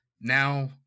Now